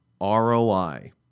ROI